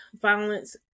violence